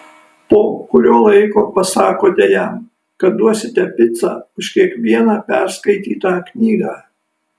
po kurio laiko pasakote jam kad duosite picą už kiekvieną perskaitytą knygą